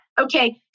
Okay